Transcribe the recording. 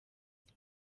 hose